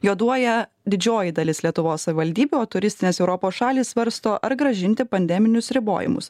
juoduoja didžioji dalis lietuvos savivaldybių o turistinės europos šalys svarsto ar grąžinti pandeminius ribojimus